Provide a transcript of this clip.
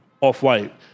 Off-White